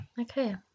Okay